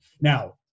Now